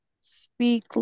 Speak